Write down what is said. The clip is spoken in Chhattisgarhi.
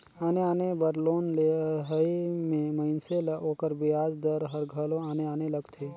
आने आने बर लोन लेहई में मइनसे ल ओकर बियाज दर हर घलो आने आने लगथे